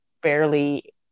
barely